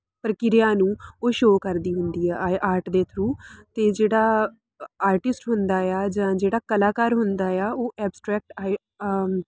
ਪ੍ਰਕਿਰਿਆ ਨੂੰ ਉਹ ਸ਼ੋ ਕਰਦੀ ਹੁੰਦੀ ਆ ਆਰਟ ਦੇ ਥਰੂ ਅਤੇ ਜਿਹੜਾ ਆਰਟਿਸਟ ਹੁੰਦਾ ਆ ਜਾਂ ਜਿਹੜਾ ਕਲਾਕਾਰ ਹੁੰਦਾ ਆ ਉਹ ਐਬਸਟਰੈਕਟ ਆਈ